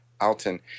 Alton